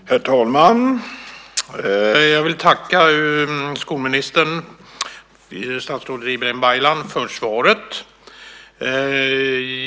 Herr talman! Jag vill tacka skolministern, statsrådet Ibrahim Baylan, för svaret.